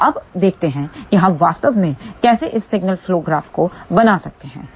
तो अब देखते हैं कि हम वास्तव में कैसे इस सिग्नल फ्लो ग्राफ को बना सकते हैं